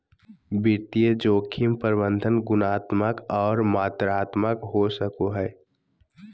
वित्तीय जोखिम प्रबंधन गुणात्मक आर मात्रात्मक हो सको हय